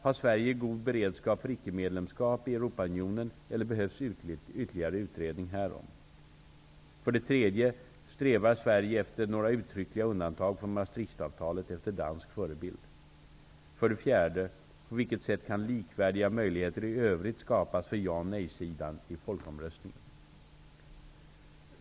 Har Sverige god beredskap för icke-medlemskap i Europaunionen, eller behövs ytterligare utredning därom? 3. Strävar Sverige efter några uttryckliga undantag från Maastrichtavtalet efter dansk förebild? 4. På vilket sätt kan likvärdiga möjligheter i övrigt skapas för ja och nej-sidan i folkomröstningen?